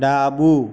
ડાબું